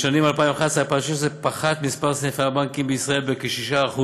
בשנים 2011 2016 פחת מספר סניפי הבנקים בישראל בכ-6%.